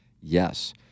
yes